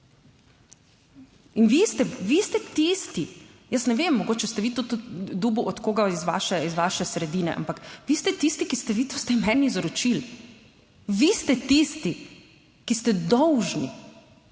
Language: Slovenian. In vi ste tisti, jaz ne vem, mogoče ste vi tudi dobil od koga iz vaše sredine, ampak vi ste tisti, ki ste vi s tem meni izročili. Vi ste tisti, ki ste dolžni